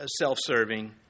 self-serving